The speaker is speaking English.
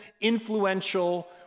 influential